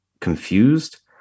confused